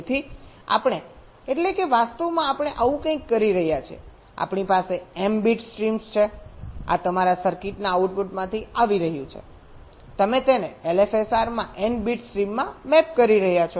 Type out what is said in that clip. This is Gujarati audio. તેથી આપણે એટલે કે વાસ્તવમાં આપણે આવું કંઈક કરી રહ્યા છીએ આપણી પાસે m બીટ સ્ટ્રીમ છે આ તમારા સર્કિટના આઉટપુટમાંથી આવી રહ્યું છે તમે તેને LFSR માં n bit સ્ટ્રીમમાં મેપ કરી રહ્યા છો